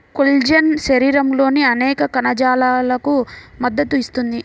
collagen శరీరంలోని అనేక కణజాలాలకు మద్దతు ఇస్తుంది